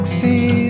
see